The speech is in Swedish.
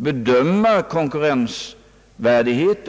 bedöma deras konkurrensvärdighet.